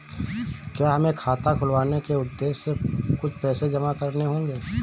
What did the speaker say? क्या हमें खाता खुलवाने के उद्देश्य से कुछ पैसे जमा करने होंगे?